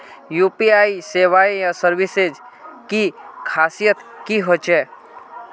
UPI सेवाएँ या services की खासियत की होचे?